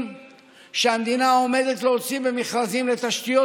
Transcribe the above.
שהמדינה עומדת להוציא במכרזים לתשתיות,